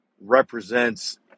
represents